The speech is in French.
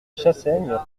chassaigne